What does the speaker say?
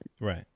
Right